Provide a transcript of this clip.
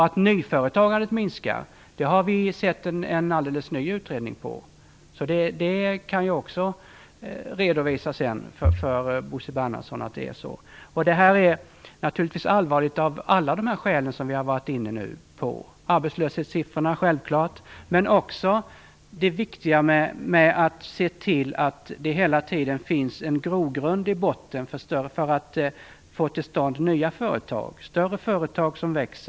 Att nyföretagandet minskar framgår av en alldeles ny utredning, så det kan jag också redovisa senare för Det här är naturligtvis allvarligt av alla de skäl som vi varit inne på. Det gäller självklart arbetslöshetssiffrorna. Men det är också viktigt att se till att det hela tiden i botten finns en grogrund för att få till stånd nya och större företag. Det gäller ju också att få företagen att växa.